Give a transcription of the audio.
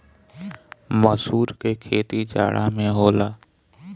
मसूर के खेती जाड़ा में होला